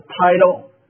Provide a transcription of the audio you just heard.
title